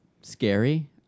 scary